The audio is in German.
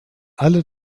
alle